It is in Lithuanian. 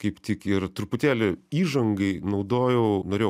kaip tik ir truputėlį įžangai naudojau norėjau